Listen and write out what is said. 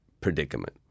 predicament